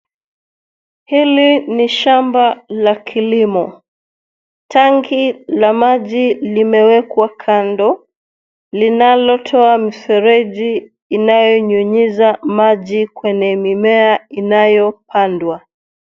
Hili ni shamba la kilimo, tanki la maji limewekwa kando linalo toa mifereji inayo nyunyiza maji kwenye mimea inayo pandwa.